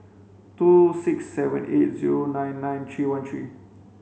two six seven eight zero nine nine three one three